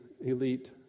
elite